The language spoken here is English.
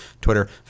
Twitter